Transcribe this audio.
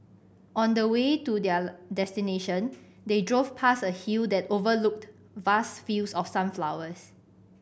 on the way to their destination they drove past a hill that overlooked vast fields of sunflowers